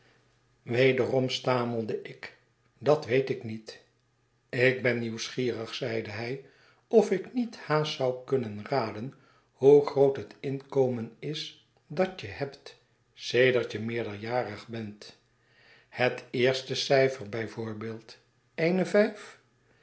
wederom stamelde ik dat weet ik niet ik ben nieuwsgierig zeide hij of ik niet haast zou kunnen raden hoe groot het inkomen is dat je hebt sedert je meerderjarig bent het eerste cijfer bij voorbeeld eene vijf